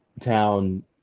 town